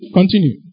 Continue